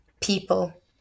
people